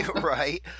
Right